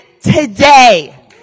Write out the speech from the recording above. today